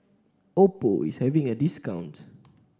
Oppo is having a discount